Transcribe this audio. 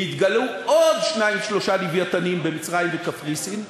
ויתגלו עוד שניים-שלושה "לווייתנים" במצרים ובקפריסין,